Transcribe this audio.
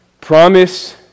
Promise